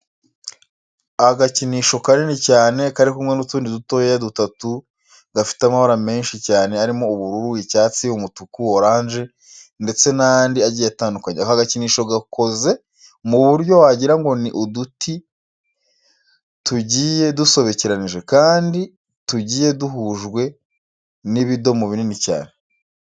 Agakinisho kanini cyane kari kumwe n'utundi dutoya dutatu gafite amabara menshi cyane arimo ubururu, icyasti, umutuku, oranje ndetse n'andi agiye atandukanye. Aka gakinisho gakoze mu buryo wagira ngo ni uduti tugiuye dusobekeranije kandi tugiye duhujwe n'ibidomo binini cyane.